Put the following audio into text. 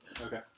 Okay